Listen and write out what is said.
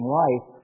life